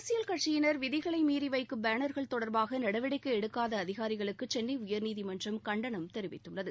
அரசியல் கட்சியினர் விதிகளைமீறி வைக்கும் பேனர்கள் தொடர்பாக நடவடிக்கை எடுக்காத அதிகாரிகளுக்கு சென்னை உயர்நீதிமன்றம் கண்டனம் தெரிவித்துள்ளது